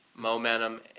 momentum